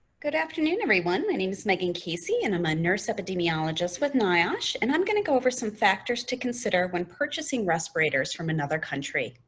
good afternoon, everyone. my name is megan casey, and i'm a nurse epidemiologist with niosh, and i'm going to go over some factors to consider when purchasing respirators from another country.